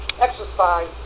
exercise